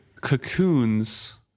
cocoons